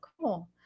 Cool